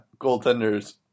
goaltenders